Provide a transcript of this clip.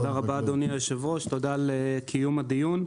תודה, אדוני היושב-ראש, תודה על קיום הדיון.